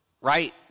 right